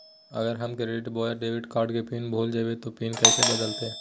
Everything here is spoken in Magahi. अगर हम क्रेडिट बोया डेबिट कॉर्ड के पिन भूल जइबे तो पिन कैसे बदलते?